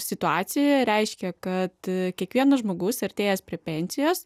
situacija reiškia kad kiekvienas žmogus artėjantis prie pensijos